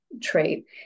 trait